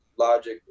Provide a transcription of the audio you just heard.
Logic